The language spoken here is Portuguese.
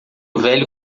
velho